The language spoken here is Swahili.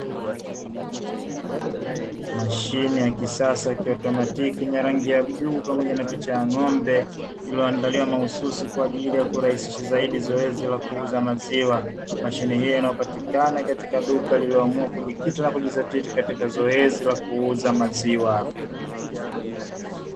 Mashine ya kisasa ya kiautomatiki yenye rangi ya bluu pamoja na picha ya ng'ombe iliyoandaliwa mahususi kwa ajili ya kurahisisha zaidi zoezi la kuuza maziwa. Mashine hiyo inayopatikana katika duka lililojikita na kujidhatiti katika zoezi la kuuza maziwa.